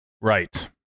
Right